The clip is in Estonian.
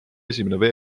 esimene